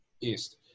east